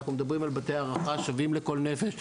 אנחנו מדברים על בתי הארחה השווים לכל נפש,